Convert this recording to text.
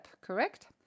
correct